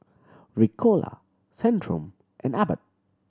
Ricola Centrum and Abbott